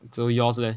so yours leh